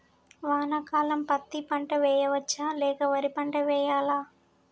వానాకాలం పత్తి పంట వేయవచ్చ లేక వరి పంట వేయాలా?